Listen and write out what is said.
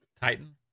Titan